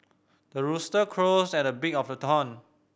the rooster crows at the break of the dawn